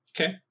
Okay